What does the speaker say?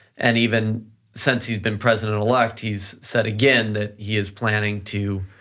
and even since he's been president elect, he's said again, that he is planning to,